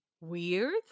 weird